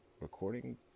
recording